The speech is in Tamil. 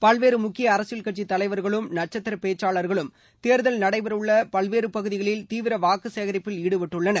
பல்வேறு முக்கிய அரசியல் கட்சி தலைவர்களும் நட்கத்திர பேச்சாளர்களும் தேர்தல் நடைபெறவுள்ள பல்வேறு பகுதிகளில் தீவிர வாக்கு சேகரிப்பில் ஈடுபட்டுள்ளனர்